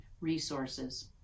resources